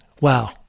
wow